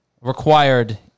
required